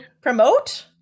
promote